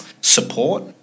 support